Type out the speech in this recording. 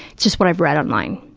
it's just what i've read online.